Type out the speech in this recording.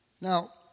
Now